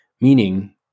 Meaning